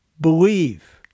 believe